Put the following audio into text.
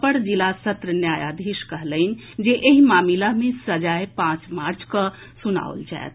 अपर जिला सत्र न्यायाधीश कहलनि जे एहि मामिला मे सजाए पांच मार्च कऽ सुनाओल जाएत